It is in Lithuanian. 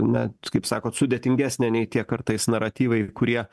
na kaip sakot sudėtingesnė nei tie kartais naratyvai kurie